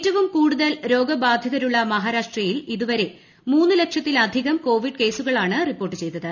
ഏറ്റവും കൂടുതൽ രോഗബാധിതരുള്ള മഹാരാഷ്ട്രയിൽ ഇതുവരെ മൂന്ന് ലക്ഷത്തിലധികം കോവിഡ് കേസുകളാണ് റിപ്പോർട്ട് ചെയ്തത്